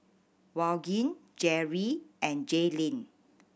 Vaughn Jerry and Jaylene